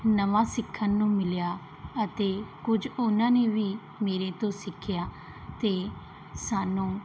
ਨਵਾਂ ਸਿੱਖਣ ਨੂੰ ਮਿਲਿਆ ਅਤੇ ਕੁਝ ਉਨ੍ਹਾਂ ਨੇ ਵੀ ਮੇਰੇ ਤੋਂ ਸਿੱਖਿਆ ਅਤੇ ਸਾਨੂੰ